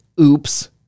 Oops